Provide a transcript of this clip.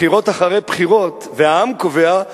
בחירות אחרי בחירות, והעם קובע.